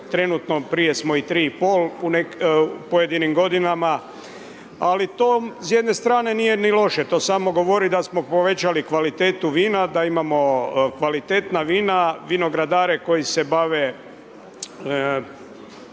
trenutno, prije smo i 3,5 u pojedinim godinama. Ali to s jedne strane nije ni loše, to samo govori da smo povećali kvalitetu vina da imamo kvalitetna vina, vinogradare koje se bave